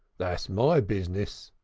that's my bizness,